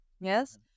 Yes